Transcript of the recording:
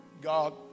God